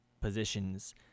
positions